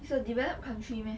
it's a developed country meh